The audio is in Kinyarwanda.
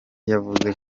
yavuze